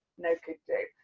no could do.